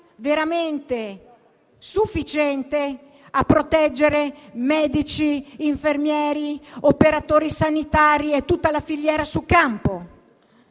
veramente sufficiente a proteggere medici, infermieri, operatori sanitari e tutta la filiera sul campo?